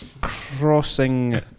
crossing